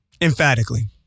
Emphatically